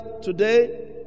today